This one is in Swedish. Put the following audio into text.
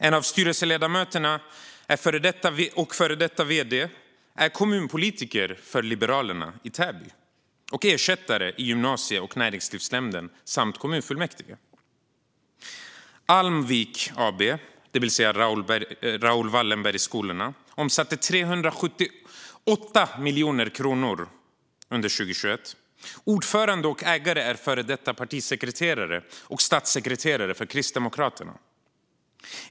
En av styrelseledamöterna och före detta vd är kommunpolitiker för Liberalerna i Täby, ersättare i gymnasie och näringslivsnämnden samt kommunfullmäktige. Almwik Holding AB, det vill säga Raoul Wallenbergskolorna, omsatte 378 miljoner kronor under 2021. Ordföranden och ägare är före detta partisekreterare och statssekreterare för Krisdemokraterna.